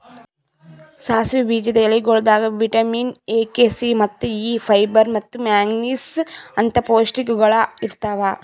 ಸಾಸಿವಿ ಬೀಜದ ಎಲಿಗೊಳ್ದಾಗ್ ವಿಟ್ಯಮಿನ್ ಎ, ಕೆ, ಸಿ, ಮತ್ತ ಇ, ಫೈಬರ್ ಮತ್ತ ಮ್ಯಾಂಗನೀಸ್ ಅಂತ್ ಪೌಷ್ಟಿಕಗೊಳ್ ಇರ್ತಾವ್